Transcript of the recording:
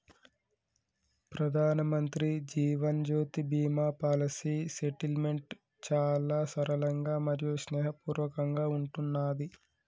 ప్రధానమంత్రి Jeevan Jyoti Bima policy settlement చాలా సరళంగా మరియు స్నేహపూర్వకంగా ఉంటున్నాది